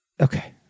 Okay